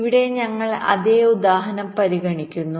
ഇവിടെ ഞങ്ങൾ അതേ ഉദാഹരണം പരിഗണിക്കുന്നു